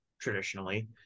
traditionally